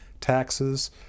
taxes